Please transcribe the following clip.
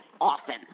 often